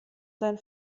sein